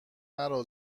مرا